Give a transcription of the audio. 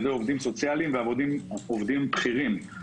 עובדים סוציאליים ועובדים בכירים של הלשכה.